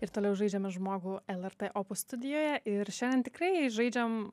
ir toliau žaidžiame žmogų lrt opus studijoje ir šiandien tikrai žaidžiam